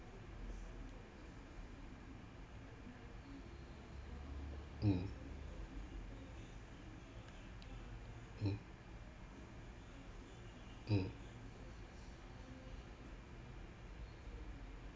mm mm mm